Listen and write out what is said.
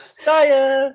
Saya